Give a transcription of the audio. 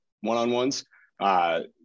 one-on-ones